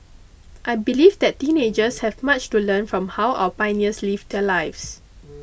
I believe that teenagers have much to learn from how our pioneers lived their lives